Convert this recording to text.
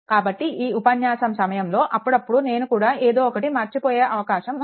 కాబట్టి ఈ ఉపన్యాసం సమయంలో అప్పుడప్పుడు నేను కూడా ఏదో ఒకటి మర్చిపోయే అవకాశం ఉంది